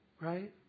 Right